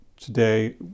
today